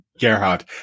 Gerhard